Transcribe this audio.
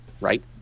right